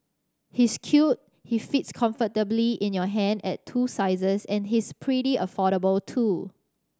he's cute he fits comfortably in your hand at two sizes and he's pretty affordable too